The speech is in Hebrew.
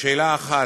לשאלה 1,